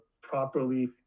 properly